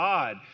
God